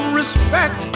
respect